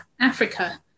Africa